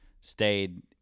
stayed